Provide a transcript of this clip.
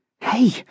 Hey